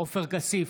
עופר כסיף,